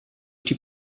die